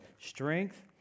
strength